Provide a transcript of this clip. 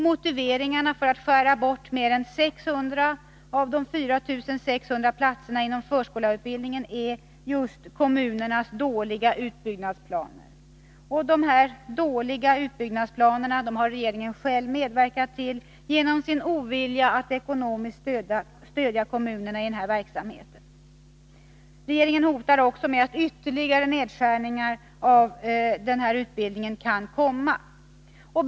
Motiveringen för att skära bort mer än 600 av de 4600 platserna inom förskollärarutbildningen är just kommunernas dåliga utbyggnadsplaner. Dessa dåliga utbyggnadsplaner har regeringen själv medverkat till genom sin ovilja att ekonomiskt stödja kommunernas utbyggnad av barnomsorgen. Regeringen hotar också med att ytterligare nedskärningar av den här utbildningen kan komma att ske.